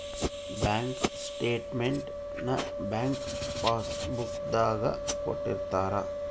bank statement ನ bank passbook ದಾಗ ಕೊಟ್ಟಿರ್ತಾರ